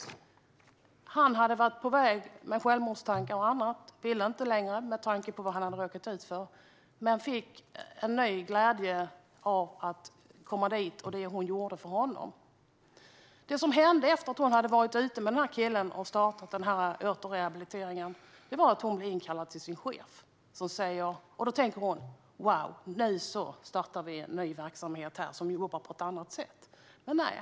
Killen hade haft självmordstankar och annat. Han ville inte längre leva med tanke på det som han hade råkat ut för. Men han fick en ny glädje av att besöka kanotföreningen och av det som hon gjorde för honom. Efter att hon hade startat återrehabiliteringen och besökt kanotföreningen blev hon inkallad till sin chef. Då tänkte hon: Wow, nu startar vi en ny verksamhet som jobbar på ett annat sätt. Men nej.